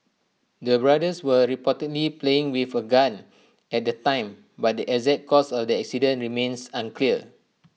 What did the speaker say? the brothers were reportedly playing with A gun at the time but the exact cause of the accident remains unclear